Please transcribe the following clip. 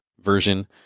version